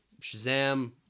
shazam